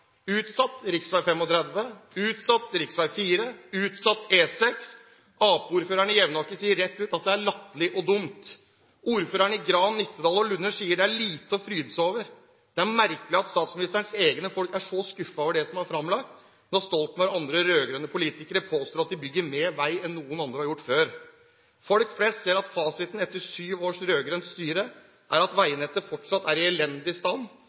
utsatt: rv. 4, utsatt: E6». Arbeiderpartiordføreren i Jevnaker sier rett ut at det er «latterlig og dumt.» Ordførerne i Gran, Nittedal og Lunner sier: Det er «lite å fryde seg over». Det er merkelig at statsministerens egne folk er så skuffet over det som er framlagt, når Stoltenberg og andre rød-grønne politikere påstår at de bygger mer vei enn noen andre har gjort før. Folk flest ser at fasiten etter syv års rød-grønt styre er at veinettet fortsatt er i elendig stand,